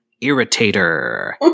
Irritator